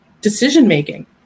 decision-making